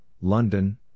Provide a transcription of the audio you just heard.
London